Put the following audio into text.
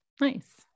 Nice